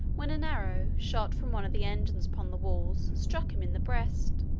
when an arrow, shot from one of the engines upon the walls struck him in the breast.